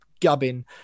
gubbin